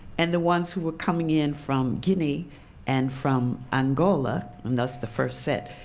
and the ones who were coming in from guinea and from angola, and thus the first set,